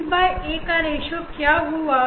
da का ratio क्या होगा